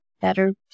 better